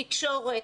תקשורת,